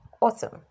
Awesome